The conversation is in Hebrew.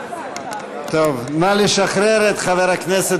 את חבר הכנסת